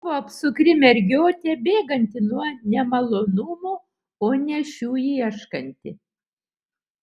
buvo apsukri mergiotė bėganti nuo nemalonumų o ne šių ieškanti